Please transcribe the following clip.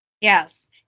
Yes